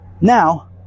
Now